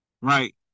Right